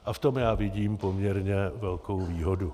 V tom vidím poměrně velkou výhodu.